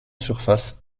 surface